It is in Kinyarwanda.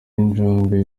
injangwe